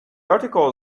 article